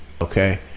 okay